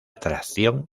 tracción